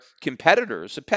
competitors